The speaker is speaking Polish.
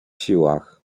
siłach